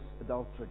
adultery